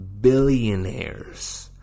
billionaires